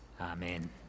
Amen